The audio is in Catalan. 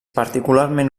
particularment